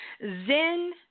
Zen